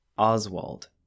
Oswald